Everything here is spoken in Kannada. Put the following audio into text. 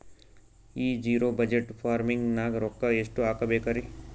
ಈ ಜಿರೊ ಬಜಟ್ ಫಾರ್ಮಿಂಗ್ ನಾಗ್ ರೊಕ್ಕ ಎಷ್ಟು ಹಾಕಬೇಕರಿ?